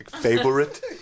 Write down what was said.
Favorite